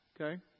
okay